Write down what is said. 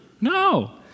No